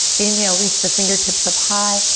inhale, reach the fingertips up high.